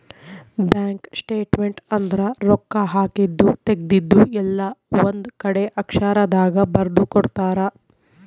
bank statement ಅಂದ್ರ ರೊಕ್ಕ ಹಾಕಿದ್ದು ತೆಗ್ದಿದ್ದು ಎಲ್ಲ ಒಂದ್ ಕಡೆ ಅಕ್ಷರ ದಾಗ ಬರ್ದು ಕೊಡ್ತಾರ